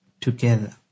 together